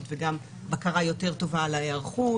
וגם בקרה יותר טובה על ההיערכות.